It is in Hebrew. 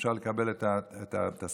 אפשר לקבל את התסריט,